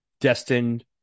destined